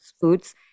foods